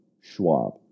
Schwab